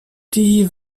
die